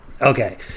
Okay